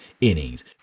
innings